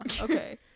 okay